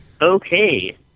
Okay